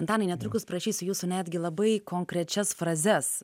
antanai netrukus prašysiu jūsų netgi labai konkrečias frazes